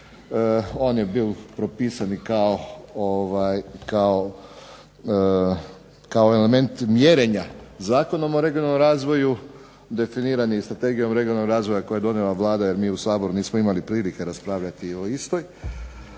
On je bio propisan i kao element mjerenja Zakonom o regionalnom razvoju. Definiran je i Strategijom regionalnog razvoja koji je donijela Vlada jer mi u Saboru nismo imali prilike raspravljati o istoj.